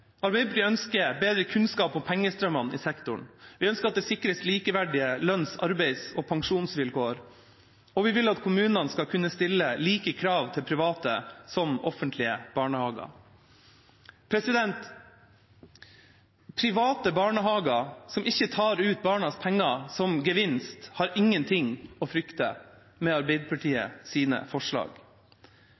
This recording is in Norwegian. Arbeiderpartiet ønsker bedre kunnskap om pengestrømmene i sektoren. Vi ønsker at det sikres likeverdige lønns-, arbeids- og pensjonsvilkår. Og vi vil at kommunene skal kunne stille samme krav til private som til offentlige barnehager. Private barnehager som ikke tar ut barnas penger som gevinst, har ingenting å frykte med Arbeiderpartiets forslag.